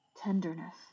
Tenderness